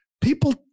People